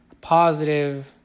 positive